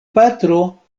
patro